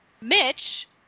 mitch